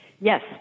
Yes